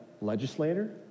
legislator